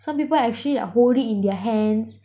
some people actually ah hold it in their hands